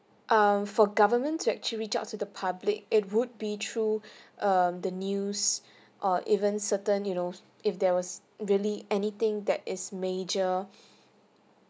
um for government to actually reach out to the public it would be through err the news or even certain you know if there was really anything that is major